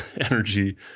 energy